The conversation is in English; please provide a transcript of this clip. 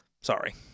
sorry